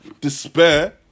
despair